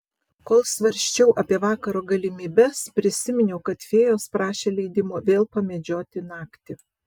kol svarsčiau apie vakaro galimybes prisiminiau kad fėjos prašė leidimo vėl pamedžioti naktį